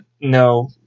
No